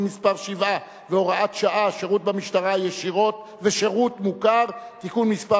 מס' 7 והוראת שעה) (שירות במשטרה ושירות מוכר) (תיקון מס'